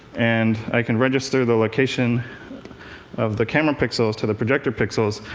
and i can register the location of the camera pixels to the projector pixels.